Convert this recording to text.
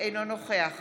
אינו נוכח